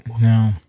No